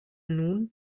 nun